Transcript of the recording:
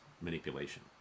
manipulation